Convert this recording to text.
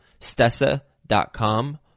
stessa.com